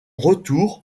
retour